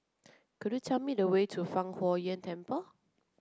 could you tell me the way to Fang Huo Yuan Temple